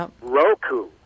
Roku